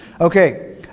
Okay